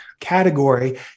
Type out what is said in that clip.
category